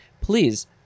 please